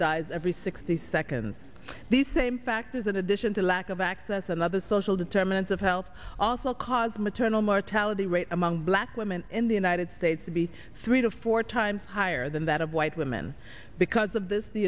dies every sixty seconds these same factors in addition to lack of access and other social determinants of health also cause maternal mortality rate among black women in the united states to be three to four times higher than that of white women because of this the